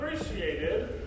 appreciated